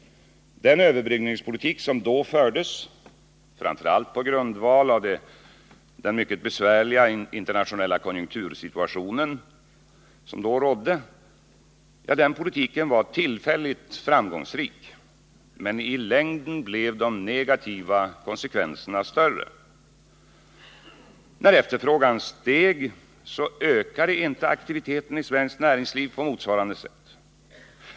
Den överbryggningspolitik som då fördes, framför allt på grundval av den mycket besvärliga internationella konjunktursituationen som rådde, var tillfälligt framgångsrik. Men i längden blev de negativa konsekvenserna större. När efterfrågan steg, ökade inte aktiviteten i svenskt näringsliv på motsvarande sätt.